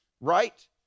right